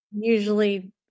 Usually